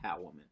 Catwoman